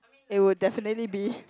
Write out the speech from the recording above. it would definitely be